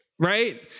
Right